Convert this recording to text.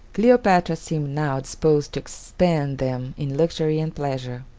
cleopatra seemed now disposed to expend them in luxury and pleasure.